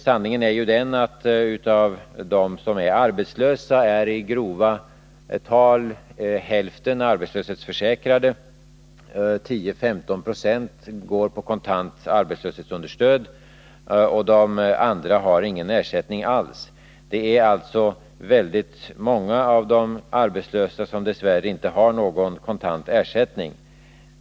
Sanningen är ju den att av dem som är arbetslösa är i grova tal hälften arbetslöshetsförsäkrade, 10-15 20 går på kontant arbetsmarknadsstöd, och de andra har ingen ersättning alls. Det är alltså väldigt många av de arbetslösa som dess värre inte har någon kontant ersättning.